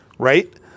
right